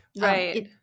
Right